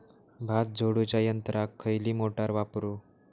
भात झोडूच्या यंत्राक खयली मोटार वापरू?